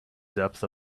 depth